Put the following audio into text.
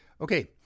Okay